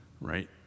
Right